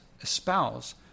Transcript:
espouse